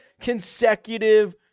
consecutive